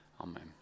amen